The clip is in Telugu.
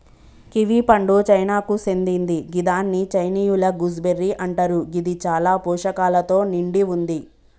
కివి పండు చైనాకు సేందింది గిదాన్ని చైనీయుల గూస్బెర్రీ అంటరు గిది చాలా పోషకాలతో నిండి వుంది